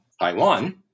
Taiwan